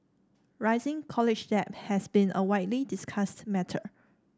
rising college debt has been a widely discussed matter